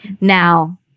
Now